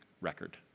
record